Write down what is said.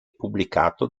pubblicato